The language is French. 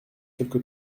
quelque